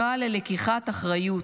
מה קרה ללקיחת האחריות?